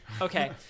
Okay